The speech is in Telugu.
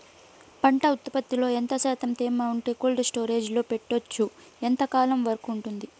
పంట ఉత్పత్తులలో ఎంత శాతం తేమ ఉంటే కోల్డ్ స్టోరేజ్ లో పెట్టొచ్చు? ఎంతకాలం వరకు ఉంటుంది